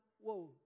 whoa